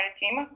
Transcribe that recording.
team